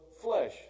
flesh